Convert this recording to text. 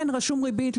יש ריבית,